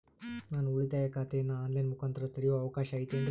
ನಾನು ಉಳಿತಾಯ ಖಾತೆಯನ್ನು ಆನ್ ಲೈನ್ ಮುಖಾಂತರ ತೆರಿಯೋ ಅವಕಾಶ ಐತೇನ್ರಿ?